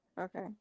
okay